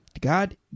God